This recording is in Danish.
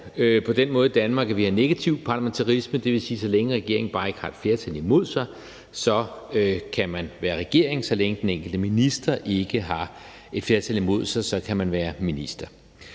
på den måde i Danmark, at vi har negativ parlamentarisme, det vil sige, at så længe regeringen bare ikke har et flertal imod sig, kan man være regering, og så længe den enkelte minister ikke har et flertal imod sig, kan man være minister.